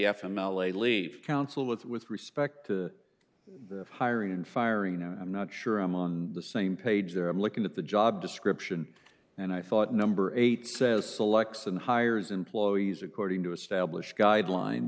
f m l a leave council with with respect to the hiring and firing and i'm not sure i'm on the same page there i'm looking at the job description and i thought number eight says selects and hires employees according to establish guideline